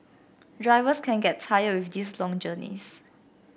drivers can get tired with these long journeys